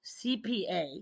CPA